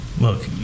look